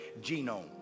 genome